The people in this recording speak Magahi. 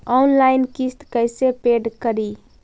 ऑनलाइन किस्त कैसे पेड करि?